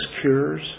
cures